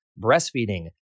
breastfeeding